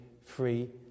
free